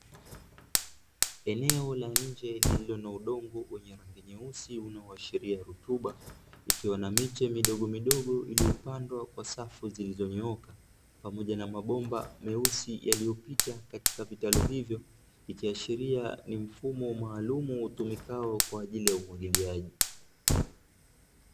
Eneo la nje lililo na udongo wenye rangi nyeusi unaoashiria rutuba, ikiwa na miche midogomidogo iliyopandwa kwa safu zilizonyooka, pamoja na mabomba meusi yaliyopita katika vitalu hivyo, ikiashiria ni mfumo maalumu utumikao kwa ajili ya umwagiliaji.